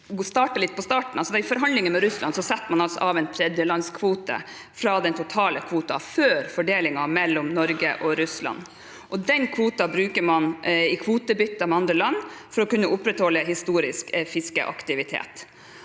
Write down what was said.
I forhandlinger med Russland setter man av en tredjelandskvote fra den totale kvoten, før fordelingen mellom Norge og Russland. Den kvoten bruker man i kvotebytter med andre land, for å kunne opprettholde historisk fiskeaktivitet.